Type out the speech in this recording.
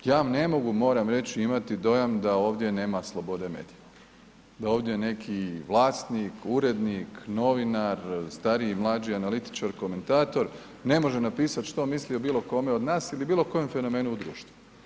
Ja ne mogu mora reći imati dojam da ovdje nema slobode medija, da ovdje neki vlasnik, urednik, novinar, stariji, mlađi analitičar komentator ne može napisati što misli o bilo kome od nas ili bilo kojem fenomenu u društvu.